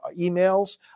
emails